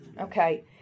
Okay